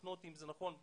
ותקנו אותי אם אני טועה.